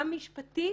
המשפטית,